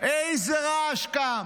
איזה רעש קם.